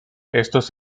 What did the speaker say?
estos